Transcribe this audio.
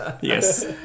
Yes